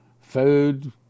food